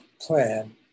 plan